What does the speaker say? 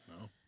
No